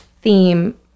Theme